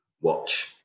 watch